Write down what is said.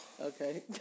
Okay